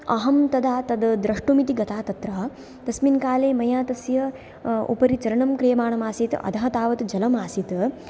अहं तदा तद्द्रष्टुमिति गता तत्र तस्मिन् काले मया तस्य उपरि चरणं क्रियमाणमासीत् अधः तावत् जलमासीत्